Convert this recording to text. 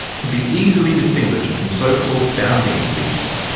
can be easily distinguished from so-called bounding species,